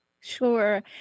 Sure